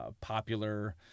popular